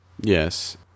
Yes